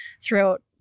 throughout